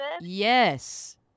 Yes